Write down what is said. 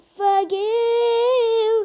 forgive